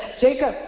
Jacob